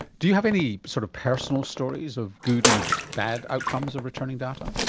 do you have any sort of personal stories of good and bad outcomes of returning data?